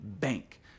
bank